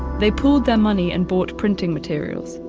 they pooled their money and bought printing materials.